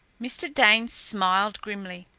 mr. dane smiled grimly.